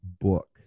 book